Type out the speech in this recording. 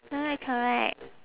correct correct